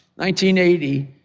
1980